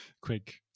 quick